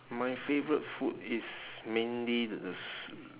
my favourite food is mainly the the s~